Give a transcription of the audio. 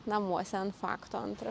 namuose ant fakto antrą